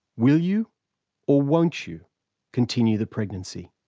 will you or won't you continue the pregnancy?